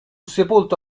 sepolto